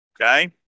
okay